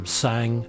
sang